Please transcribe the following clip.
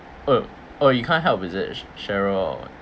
oh oh you can't help is it ch~ cheryl